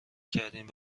کردین